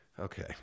Okay